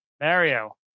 Mario